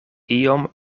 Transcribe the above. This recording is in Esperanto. iom